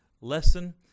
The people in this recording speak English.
lesson